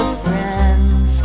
friends